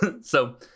so-